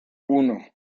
uno